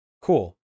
Cool